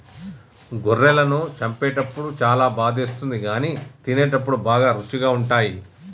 గొర్రెలను చంపేటప్పుడు చాలా బాధేస్తుంది కానీ తినేటప్పుడు బాగా రుచిగా ఉంటాయి